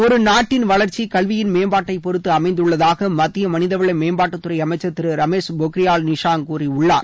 ஒரு நாட்டின் வளர்ச்சி கல்வியின் மேம்பாட்டை பொறுத்து அமைந்துள்ளதாக மத்திய மனிதவள மேம்பாட்டுத்துறை அமைச்சர் திரு ரமேஷ் பொக்ரியால் நிஷாங்க் கூறியுள்ளார்